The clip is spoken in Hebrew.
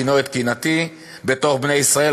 בקנאו את קנאתי בתוך בני ישראל,